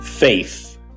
Faith